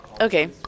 Okay